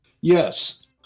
Yes